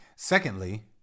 Secondly